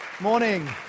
Morning